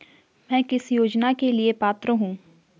मैं किस योजना के लिए पात्र हूँ?